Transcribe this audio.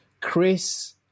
Chris